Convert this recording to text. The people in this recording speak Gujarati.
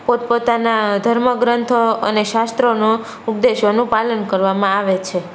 પોતપોતાના ધર્મ ગ્રંથો અને શાસ્ત્રોના ઉપદેશોનું પાલન કરવામાં આવે છે